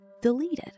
deleted